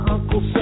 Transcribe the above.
Uncle